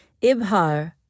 Ibhar